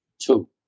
Two